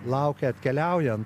laukia atkeliaujant